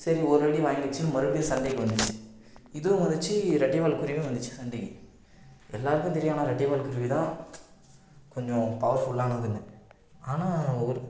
சரி ஒரு அடி வாங்கிச்சின்னு மறுபடியும் சண்டைக்கு வந்துச்சு இதுவும் வந்துச்சு ரெட்டைவால் குருவியும் வந்துச்சு சண்டைக்கு எல்லாருக்கும் தெரியும் ஆனால் ரெட்டைவால் குருவி தான் கொஞ்சம் பவர்ஃபுல்லானதுன்னு ஆனால் ஒரு